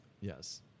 Yes